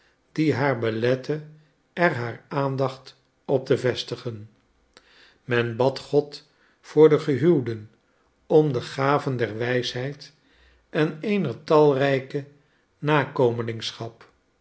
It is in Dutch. die haar belette er haar aandacht op te vestigen men bad god voor de gehuwden om de gaven der wijsheid en eener talrijke